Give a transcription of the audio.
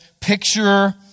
picture